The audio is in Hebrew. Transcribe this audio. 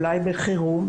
אולי בחירום,